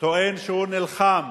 טוען שהוא נלחם